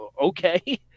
Okay